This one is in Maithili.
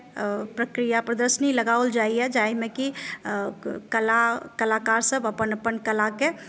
प्रक्रिया प्रदर्शनी लगाओल जाइए जाहिमे कि कला कलाकारसभ अपन अपन कलाके